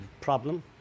problem